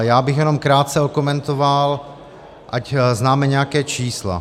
Já bych jenom krátce okomentoval, ať známe nějaká čísla.